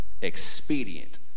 expedient